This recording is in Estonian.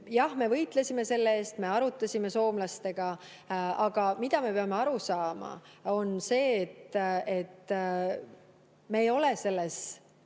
Jah, me võitlesime selle eest, me arutasime soomlastega. Aga me peame aru saama, et me ei ole selles